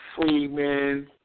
Freeman